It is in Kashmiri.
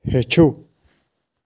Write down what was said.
ہیٚچھُو